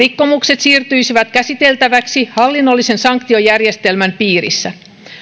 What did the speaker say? rikkomukset siirtyisivät käsiteltäväksi hallinnollisen sanktiojärjestelmän piirissä